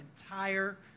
entire